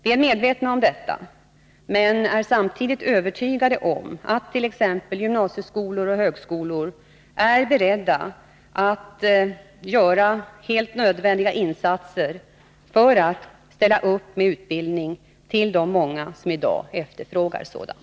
Vi är medvetna om detta, men är samtidigt övertygade om att t.ex. gymnasieskolor och högskolor är beredda att göra helt nödvändiga insatser genom att ställa upp med utbildning till de många som i dag efterfrågar sådan.